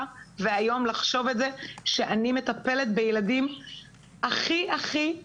ואיום לחשוב את זה שאני מטפלת בילדים הכי הכי טהורים,